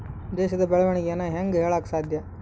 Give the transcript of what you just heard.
ದೇಶದ ಬೆಳೆವಣಿಗೆನ ಹೇಂಗೆ ಹೇಳಕ ಸಾಧ್ಯ?